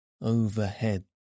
Overhead